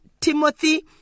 Timothy